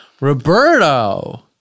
Roberto